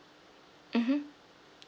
mmhmm